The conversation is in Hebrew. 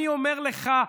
אני אומר לך,